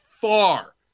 far